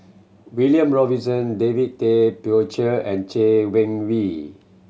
William Robinson David Tay Poey Cher and Chay Weng Yew